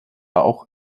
auch